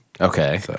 Okay